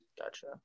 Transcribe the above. Gotcha